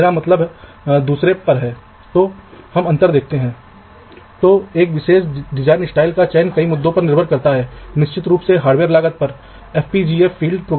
यह कहता है कि वीडीडी और जमीन दोनों के लिए क्षैतिज तारों की कई पंक्तियाँ धातु की परत पर एक दूसरे के समानांतर चलती हैं